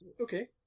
Okay